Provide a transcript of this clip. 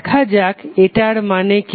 দেখা যাক এটার মানে কি